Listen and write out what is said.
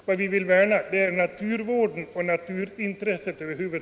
Vad vi vill värna är naturen och naturintresset över huvud